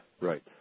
right